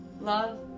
love